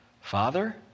Father